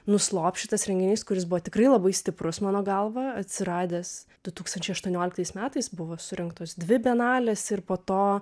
nuslops šitas renginys kuris buvo tikrai labai stiprus mano galva atsiradęs du tūkstančiai aštuonioliktais metais buvo surengtos dvi bienalės ir po to